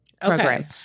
program